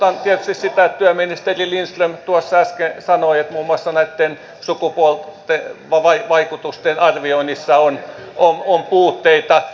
arvostan tietysti sitä että työministeri lindström tuossa äsken sanoi että muun muassa sukupuolivaikutusten arvioinnissa on puutteita